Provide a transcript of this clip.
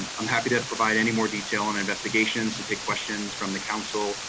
i'm happy to provide any more detail in investigations, to take questions from the council,